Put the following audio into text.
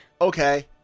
Okay